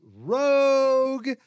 Rogue